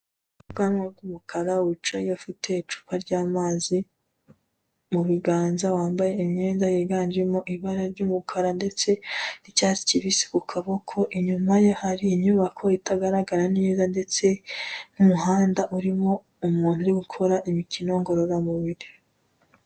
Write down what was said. Bwanwa bw'umukara wicaye afite icupa ry'amazi, mu biganza wambaye imyenda yiganjemo ibara ry'umukara ndetse, n'icyatsi kibisi ku kaboko inyuma ye hari inyubako itagaragara neza ndetse, n'umuhanda urimo umuntu uri gukora imikino ngororamubiri.